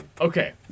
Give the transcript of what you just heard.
okay